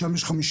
שם יש 54%,